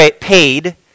paid